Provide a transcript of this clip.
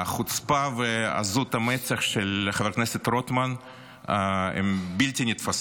החוצפה ועזות המצח של חבר הכנסת רוטמן הן בלתי נתפסות.